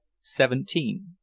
seventeen